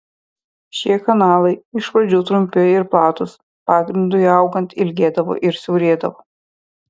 šie kanalai iš pradžių trumpi ir platūs pagrindui augant ilgėdavo ir siaurėdavo